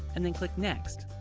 and then click next.